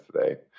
today